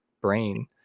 brain